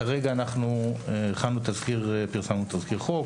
כרגע אנחנו פרסמנו תזכיר חוק,